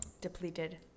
depleted